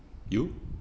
you